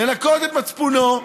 לנקות את מצפונו,